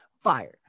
fire